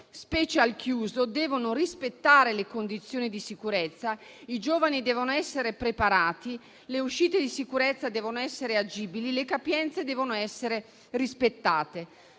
specie al chiuso, devono rispettare le condizioni di sicurezza, i giovani devono essere preparati, le uscite di sicurezza devono essere agibili e le capienze devono essere rispettate.